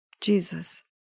Jesus